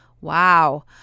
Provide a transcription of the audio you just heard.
Wow